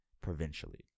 provincially